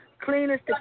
cleanest